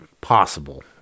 Possible